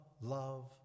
love